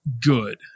good